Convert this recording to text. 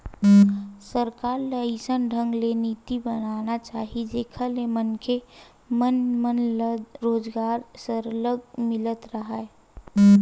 सरकार ल अइसन ढंग के नीति बनाना चाही जेखर ले मनखे मन मन ल रोजगार सरलग मिलत राहय